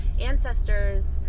ancestors